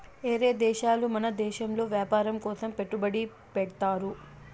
ఏరే దేశాలు మన దేశంలో వ్యాపారం కోసం పెట్టుబడి పెడ్తారు